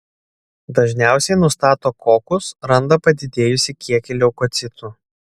dažniausiai nustato kokus randa padidėjusį kiekį leukocitų